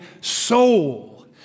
soul